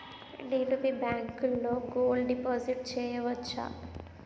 నేను మీ బ్యాంకులో గోల్డ్ డిపాజిట్ చేయవచ్చా?